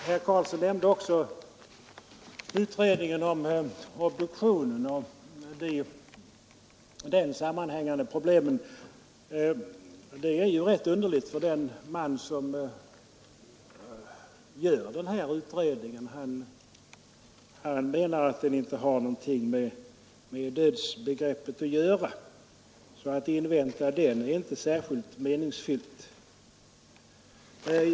Herr Karlsson nämnde också utredningen om obduktion och därmed sammanhängande problem. Det är rätt underligt, eftersom den man som gör utredningen anser att den inte har någonting med dödsbegreppet att skaffa. Att invänta resultatet av denna utredning är därför inte särskilt meningsfyllt.